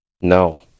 No